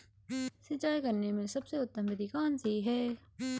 सिंचाई करने में सबसे उत्तम विधि कौन सी है?